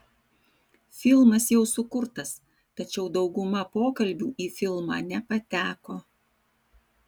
filmas jau sukurtas tačiau dauguma pokalbių į filmą nepateko